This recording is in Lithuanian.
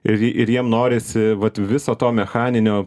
ir ir jiem norisi vat viso to mechaninio